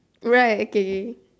right okay